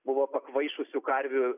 buvo pakvaišusių karvių